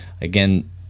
again